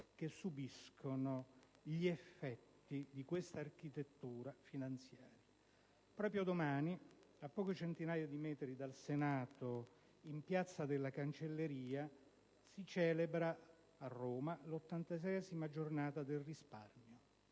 che subiscono gli effetti di questa architettura finanziaria. Proprio domani, a poche centinaia di metri dal Senato, in Piazza della Cancelleria, si celebra a Roma l'ottantaseiesima Giornata del risparmio.